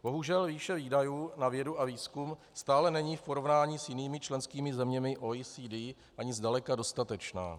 Bohužel výše výdajů na vědu a výzkum stále není v porovnání s jinými členskými zeměmi OECD ani zdaleka dostatečná.